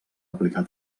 aplicar